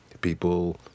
People